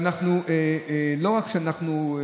ולא רק שאנחנו,